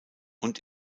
und